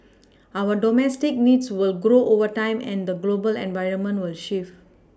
our domestic needs will grow over time and the global environment will shift